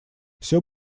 все